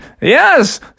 yes